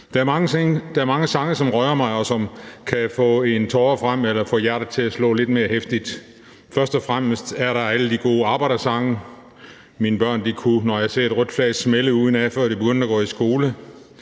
Der er mange sange, som rører mig, og som kan få en tåre frem eller få hjertet til at slå lidt mere heftigt. Først og fremmest er der alle de gode arbejdersange. Mine børn kunne »Når jeg ser et rødt flag smælde« udenad, før de begyndte at gå i skole.